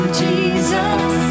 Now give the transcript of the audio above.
jesus